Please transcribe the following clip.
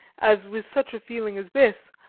as with such a feeling as this,